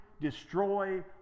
destroy